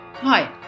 Hi